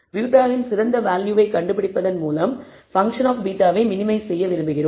β இன் சிறந்த வேல்யூவை கண்டுபிடிப்பதன் மூலம் பன்க்ஷன் ஆப் β வை மினிமைஸ் செய்ய விரும்புகிறோம்